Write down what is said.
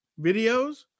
videos